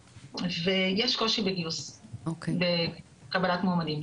ויש קושי בגיוס וקבלת מועמדים.